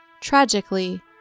Tragically